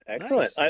Excellent